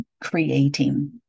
creating